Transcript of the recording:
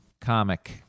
comic